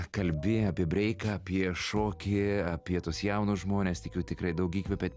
kalbi apie breiką apie šokį apie tuos jaunus žmones tikiu tikrai daug įkvėpėt